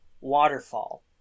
waterfall